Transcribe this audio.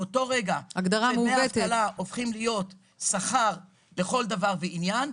באותו רגע שדמי האבטלה הופכים להיות שכר לכל דבר ועניין,